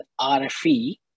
RFE